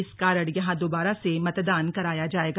इस कारण यहां दोबारा से मतदान कराया जाएगा